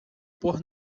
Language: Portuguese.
por